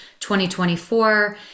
2024